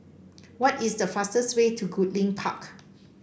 what is the fastest way to Goodlink Park